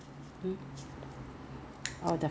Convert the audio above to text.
what time what time do you send your boys to school